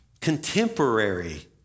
contemporary